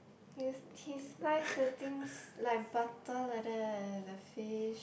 he he slice the things like butter like that leh the fish